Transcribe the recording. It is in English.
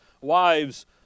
wives